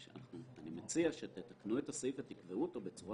אני מציע שתתקנו את הסעיף ותקבעו אותו בצורה